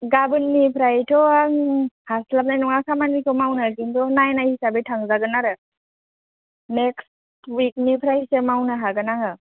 गाबोननिफ्रायथ' आं हास्लाबनाय नङा खामानिखौ मावनो किन्तु नायनो हिसाबै थांजागोन आरो नेक्स्ट विकनिफ्रायसो मावनो हागोन आङो